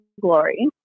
glory